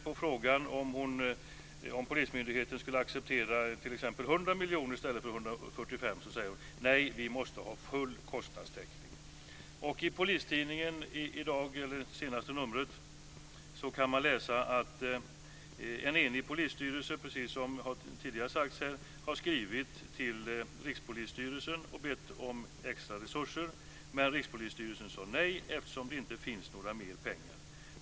På frågan om polismyndigheten skulle acceptera t.ex. 100 miljoner i stället för 145 miljoner säger hon: Nej, vi måste ha full kostnadstäckning. I senaste numret av Polistidningen kan man läsa att en enig polisstyrelse, precis som tidigare har sagts här, har skrivit till Rikspolisstyrelsen och bett om extra resurser. Rikspolisstyrelsen sade dock nej eftersom det inte finns några mer pengar.